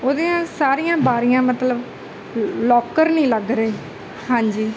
ਉਹਦੀਆਂ ਸਾਰੀਆਂ ਬਾਰੀਆਂ ਮਤਲਬ ਲੋਕਰ ਨਹੀਂ ਲੱਗ ਰਹੇ ਹਾਂਜੀ